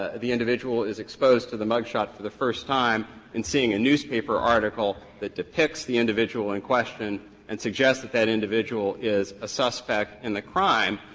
ah the individual is exposed to the mug shot for the first time in seeing a newspaper article that depicts the individual in question and suggests that that individual is a suspect in the crime,